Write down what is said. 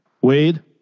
Wade